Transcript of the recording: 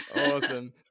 awesome